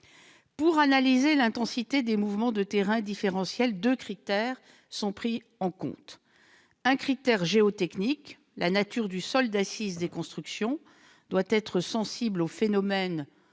Pour analyser l'intensité des mouvements de terrain différentiels, deux critères sont pris en compte. D'une part, il y a un critère géotechnique : la nature du sol d'assise des constructions doit être sensible au phénomène